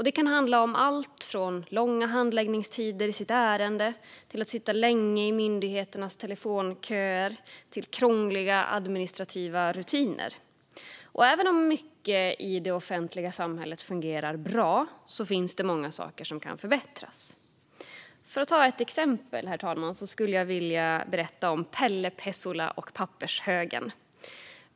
Det kan handla om alltifrån långa handläggningstider i ett ärende till att sitta länge i myndigheternas telefonköer eller krångliga administrativa rutiner. Även om mycket i samhället fungerar bra finns det många saker som kan förbättras. Herr talman! Jag har ett exempel. Jag vill berätta om Pelle Pesula och pappershögen.